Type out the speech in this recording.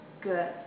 Good